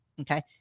Okay